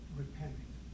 repenting